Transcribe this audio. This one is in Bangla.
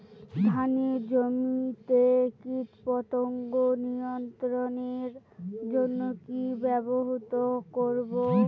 ধানের জমিতে কীটপতঙ্গ নিয়ন্ত্রণের জন্য কি ব্যবহৃত করব?